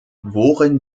worin